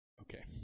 Okay